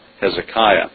Hezekiah